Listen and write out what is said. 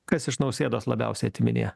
kas iš nausėdos labiausiai atiminėja